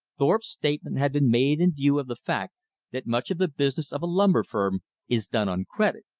thorpe's statement had been made in view of the fact that much of the business of a lumber firm is done on credit.